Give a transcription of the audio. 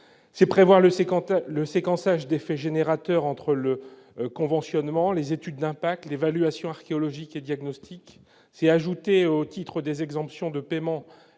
de prévoir le séquençage des faits générateurs entre le conventionnement, les études d'impact, l'évaluation archéologique et le diagnostic. Il est question d'ajouter au titre des exemptions de paiement